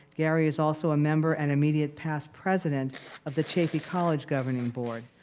gary is also a member and immediate past president of the chaffey college governing board,